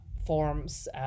forms